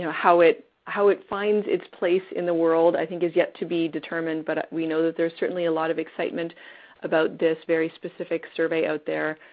how it how it finds its place in the world i think is yet to be determined, but we know that there's certainly a lot of excitement about this very specific survey out there.